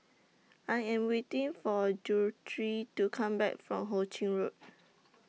I Am waiting For Guthrie to Come Back from Ho Ching Road